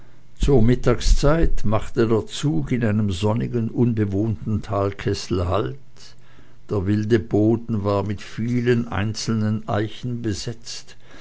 zur mittagszeit machte der zug in einem sonnigen unbewohnten talkessel halt der wilde boden war mit vielen einzelnen eichen besetzt